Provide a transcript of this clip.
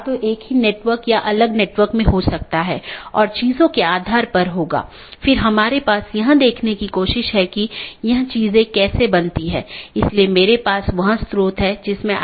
तो IBGP speakers की तरह AS के भीतर पूर्ण मेष BGP सत्रों का मानना है कि एक ही AS में साथियों के बीच एक पूर्ण मेष BGP सत्र स्थापित किया गया है